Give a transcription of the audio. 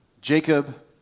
Jacob